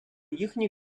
їхній